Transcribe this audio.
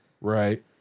Right